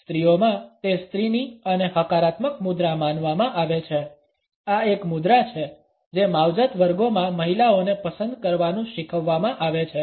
સ્ત્રીઓમાં તે સ્ત્રીની અને હકારાત્મક મુદ્રા માનવામાં આવે છે આ એક મુદ્રા છે જે માવજત વર્ગોમાં મહિલાઓને પસંદ કરવાનું શીખવવામાં આવે છે